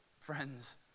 friends